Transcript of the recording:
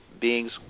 beings